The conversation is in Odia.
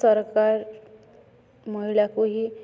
ସରକାର ମହିଳାକୁ ହିଁ